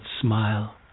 smile